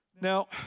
Now